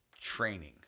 training